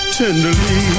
tenderly